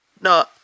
No